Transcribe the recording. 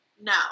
No